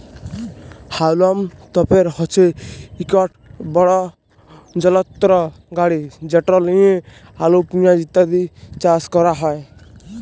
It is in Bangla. হাউলম তপের হছে ইকট বড় যলত্র গাড়ি যেট লিঁয়ে আলু পিয়াঁজ ইত্যাদি চাষ ক্যরা হ্যয়